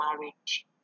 marriage